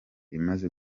imaze